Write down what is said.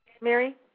Mary